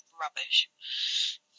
rubbish